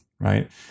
Right